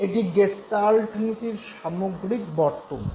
এটি গেস্টাল্ট নীতির সামগ্রিক বক্তব্য